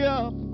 up